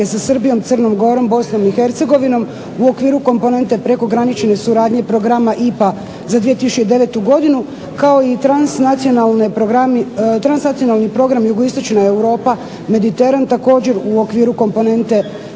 sa Srbijom, Crnom Gorom, Bosnom i Hercegovinom, u okviru komponente prekogranične suradnje programa IPA za 2009. godinu, kao i transnacionalni program jugoistočna Europa Mediteran također u okviru komponente